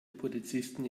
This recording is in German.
polizisten